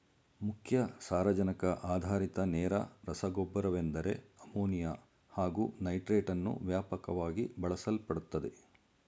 ಮುಖ್ಯ ಸಾರಜನಕ ಆಧಾರಿತ ನೇರ ರಸಗೊಬ್ಬರವೆಂದರೆ ಅಮೋನಿಯಾ ಹಾಗು ನೈಟ್ರೇಟನ್ನು ವ್ಯಾಪಕವಾಗಿ ಬಳಸಲ್ಪಡುತ್ತದೆ